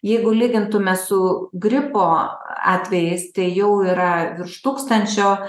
jeigu lygintume su gripo atvejais tai jau yra virš tūkstančio